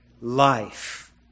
life